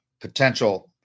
potential